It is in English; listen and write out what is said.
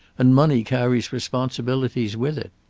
and money carries responsibility with it.